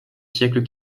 siècles